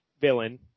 villain